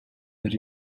that